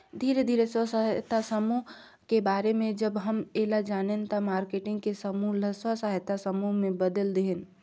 धीरे धीरे स्व सहायता समुह के बारे में जब हम ऐला जानेन त मारकेटिंग के समूह ल स्व सहायता समूह में बदेल देहेन